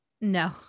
No